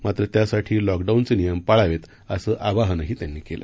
मात्र त्यासाठी लॉकडाऊनचे नियम पाळावेत असं आवाहनही त्यांनी केलं